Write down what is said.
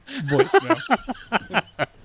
voicemail